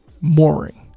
Mooring